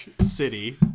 city